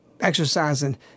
exercising